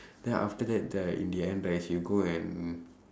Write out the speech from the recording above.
then after that right in the end right he'll go and